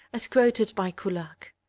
as quoted by kullak